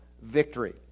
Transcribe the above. victory